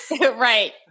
Right